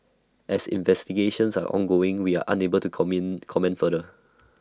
as investigations are ongoing we are unable to coming comment further